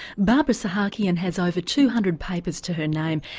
barbara sahakian has over two hundred papers to her name,